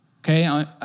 okay